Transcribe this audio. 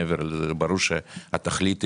מעבר ברור שהתכלית ראויה.